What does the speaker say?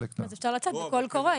אפשר לצאת בקול קורא.